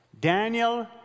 Daniel